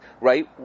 right